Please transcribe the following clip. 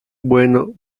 bueno